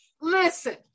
Listen